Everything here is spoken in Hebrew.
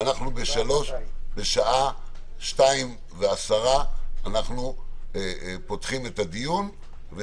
בשעה 14:10 אנחנו פותחים את הדיון.